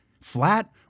flat